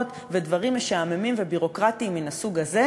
ודברים משעממים וביורוקרטיים מהסוג הזה,